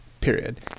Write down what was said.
period